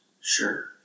Sure